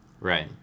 Right